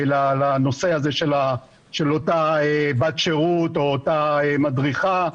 לנושא הזה של אותה בת שירות או אותה מדריכה,